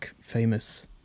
famous